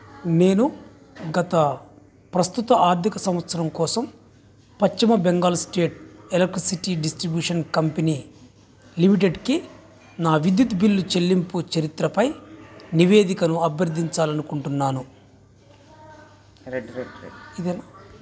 నేను గత ప్రస్తుత ఆర్థిక సంవత్సరం కోసం పశ్చిమ Bengal state electricity distribution company లిమిటెడ్కి నా విద్యుత్ బిల్లు చెల్లింపు చరిత్రపై నివేదికను అభ్యర్థించాలనుకుంటున్నాను ఇదేనా